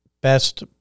best